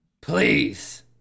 Please